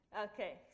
Okay